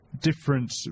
different